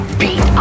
beat